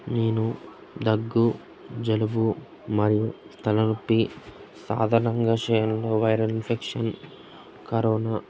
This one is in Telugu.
నేను దగ్గు జలుబు మరియు తలనొప్పి సాధారణంగా వైరల్ ఇన్ఫెక్షన్ కరోనా